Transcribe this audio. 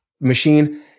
machine